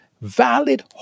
valid